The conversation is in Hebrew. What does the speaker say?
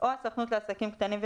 או הסוכנות לעסקים קטנים ובינוניים,